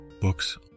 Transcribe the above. Books